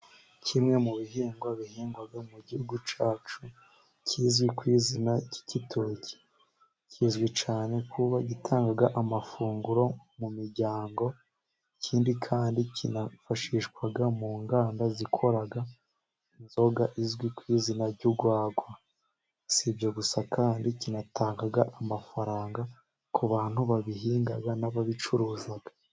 Kimwe mu bihingwa bihingwa mu gihugu cyacu kizwi ku izina ry'igitoki, kizwi cyane kuba gitanga amafunguro mu miryango, ikindi kandi kinafashishwa mu nganda zikora inzoga izwi kw'izina ry'urwagwa, si ibyo gusa kandi kinatanga amafaranga ku bantu babihinga n'ababicuruza.